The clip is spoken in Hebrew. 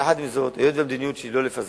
יחד עם זאת, המדיניות שלי לא לפזר.